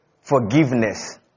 forgiveness